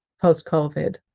post-covid